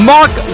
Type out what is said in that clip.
Mark